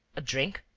a drink?